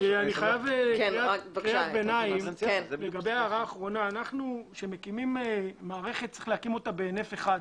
רוצה להגיד עוד משהו: כשמקימים מערכת צריכים להקיף אותה בהינף אחד.